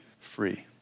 free